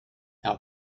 how